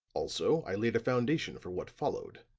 also i laid a foundation for what followed.